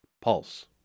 pulse